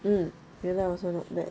mm FILA also not bad